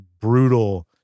brutal